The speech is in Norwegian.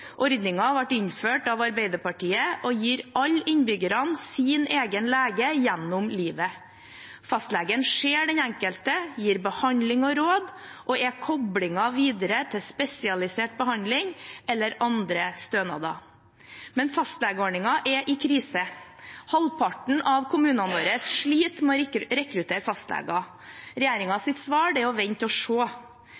ble innført av Arbeiderpartiet og gir alle innbyggere sin egen lege gjennom livet. Fastlegen ser den enkelte, gir behandling og råd og er koblingen videre til spesialisert behandling eller andre stønader. Men fastlegeordningen er i krise. Halvparten av kommunene våre sliter med å rekruttere fastleger.